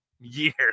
years